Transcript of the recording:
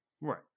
Right